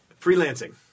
Freelancing